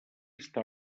està